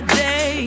day